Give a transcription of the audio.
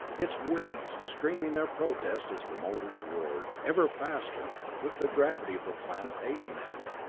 its wings screaming their protest as the motors roared, ever faster, with the gravity of the planet aiding them.